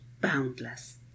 boundless